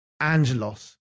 Angelos